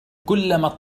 كلما